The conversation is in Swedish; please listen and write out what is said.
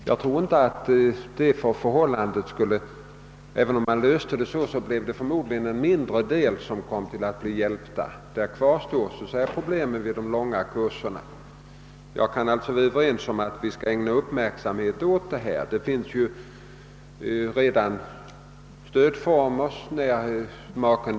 Jag tror att även vid denna lösning endast ett mindre antal människor skulle bli hjälpta, ty problemen skulle kvarstå vid de långa kurserna. Jag kan hålla med om att vi skall ägna uppmärksamhet åt frågan. Det finns redan olika former av stöd.